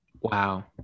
wow